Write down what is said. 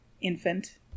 infant